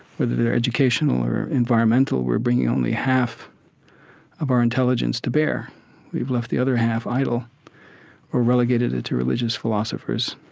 whether they're educational or environmental, we're bringing only half of our intelligence to bear we've left the other half idle or relegated it to religious philosophers.